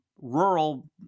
rural